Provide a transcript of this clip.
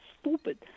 stupid